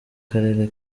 karere